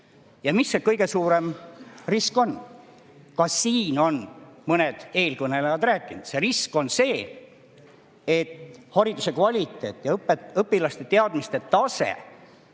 Mis kõige suurem risk on? Ka siin on mõned eelkõnelejad rääkinud sellest: risk on see, et hariduse kvaliteet ja õpilaste teadmiste tase